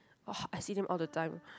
!woah! I see them all the time